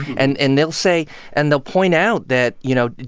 and and they'll say and they'll point out that, you know,